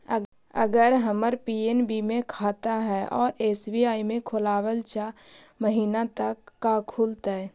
अगर हमर पी.एन.बी मे खाता है और एस.बी.आई में खोलाबल चाह महिना त का खुलतै?